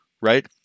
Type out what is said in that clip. right